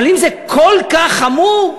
אבל אם זה כל כך חמור,